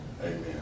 Amen